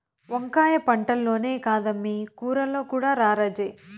వంకాయ పంటల్లోనే కాదమ్మీ కూరల్లో కూడా రారాజే